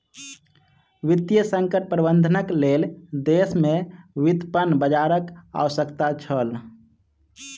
वित्तीय संकट प्रबंधनक लेल देश में व्युत्पन्न बजारक आवश्यकता छल